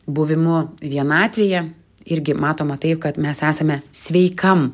buvimu vienatvėje irgi matoma taip kad mes esame sveikam